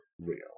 real